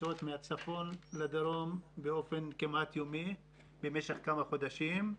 דבר שהיה כרוך בנסיעות מהצפון לדרום כמעט יום-יום במשך כמה חודשים.